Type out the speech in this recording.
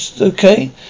okay